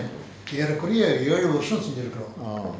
ah okay